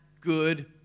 good